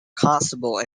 constable